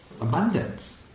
abundance